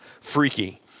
Freaky